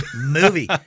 movie